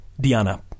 Diana